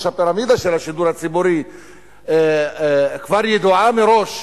הפירמידה של השידור הציבורי כבר ידועה מראש,